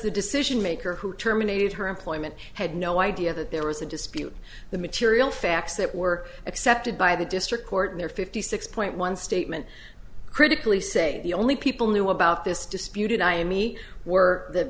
the decision maker who terminated her employment had no idea that there was a dispute the material facts that were accepted by the district court there fifty six point one statement critically say the only people knew about this disputed i me were th